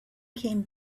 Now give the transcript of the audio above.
came